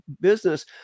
business